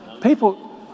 People